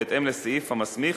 בהתאם לסעיף המסמיך,